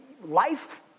life